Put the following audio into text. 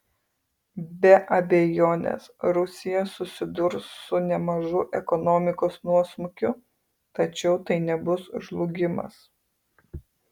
be abejonės rusija susidurs su nemažu ekonomikos nuosmukiu tačiau tai nebus žlugimas